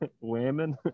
women